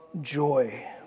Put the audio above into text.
joy